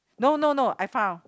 no no no I found